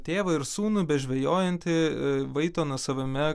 tėvą ir sūnų bežvejojantį vaito nuosavame